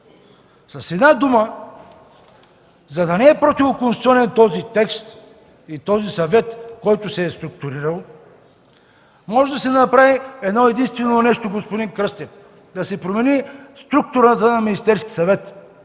С една дума, за да не е противоконституционен този текст и този Съвет, който се е структурирал, може да се направи едно единствено нещо, господин Кръстев – да се промени структурата на Министерския съвет.